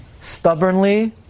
stubbornly